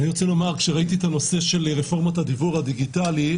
כשראיתי את הנושא של רפורמת הדיוור הדיגיטלי,